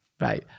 Right